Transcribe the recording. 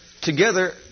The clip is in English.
together